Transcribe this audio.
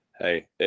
hey